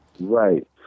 right